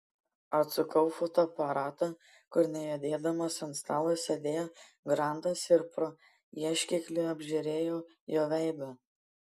atsukau fotoaparatą kur nejudėdamas ant stalo sėdėjo grantas ir pro ieškiklį apžiūrėjau jo veidą